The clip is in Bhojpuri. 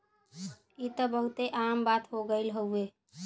ई त बहुते आम बात हो गइल हउवे